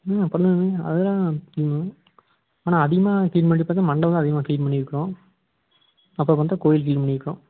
ம் பண்ணுவேனே அதெல்லாம் கிளீன் பண்ணுவேன் ஆனால் அதிகமாக கிளீன் பண்ணியிருப்பது மண்டபம் தான் அதிகமாக கிளீன் பண்ணியிருக்கோம் அப்புறம் பார்த்தா கோவில் கிளீன் பண்ணியிருக்கோம்